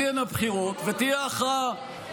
תהיינה בחירות ותהיה הכרעה.